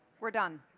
we're done?